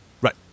Right